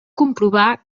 comprovar